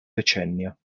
decennio